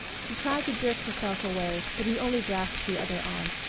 she tried to jerk herself away but he only grasped the other arm.